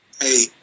hey